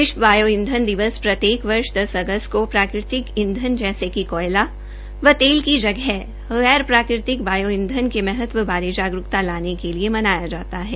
विश्व बायो ईंधन दिवस प्रत्येक वर्ष दस अगस्त को प्राकृतिक ईंधन जैसे कि कोयला व तेल की जगह गैर प्राकृतिक बायो ईंधन का महत्व बारे जागरूकता लाने के लिए मनाया जाता है